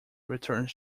returns